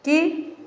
कि